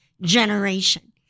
generation